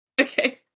Okay